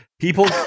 people